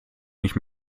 nicht